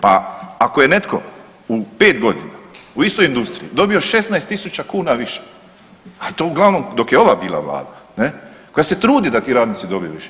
Pa ako je netko u pet godina u istoj industriji dobio 16.000 kuna više ha to uglavnom dok je ova bila vlada ne, koja se trudi da ti radnici dobiju više.